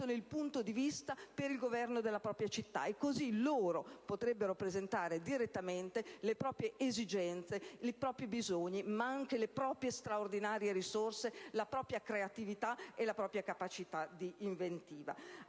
il punto di vista per il governo della città. Anche al Garante i bambini e adolescenti potranno presentare direttamente le proprie esigenze, i propri bisogni, ma anche le proprie straordinarie risorse, la propria creatività e la propria capacità di inventiva.